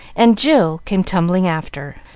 and jill came tumbling after.